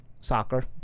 soccer